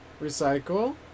Recycle